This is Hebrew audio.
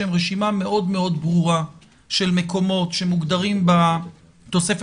שהם רשימה מאוד מאוד ברורה של מקומות שמוגדרים בתוספת